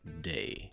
day